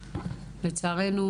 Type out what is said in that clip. לצערנו,